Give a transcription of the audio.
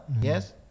Yes